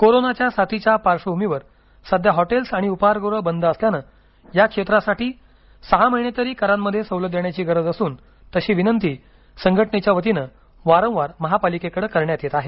कोरोनाच्या साथीच्या पार्श्वभूमीवर सध्या हॉटेल्स आणि उपाहारगृहं बंद असल्यानं या क्षेत्रासाठी सहा महिने तरी करांमध्ये सवलत देण्याची गरज असून तशी विनंती संघटनेच्या वतीनं वारंवार महापालिकेकडे करण्यात येत आहे